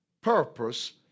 purpose